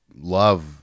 love